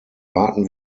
warten